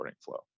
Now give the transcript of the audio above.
flow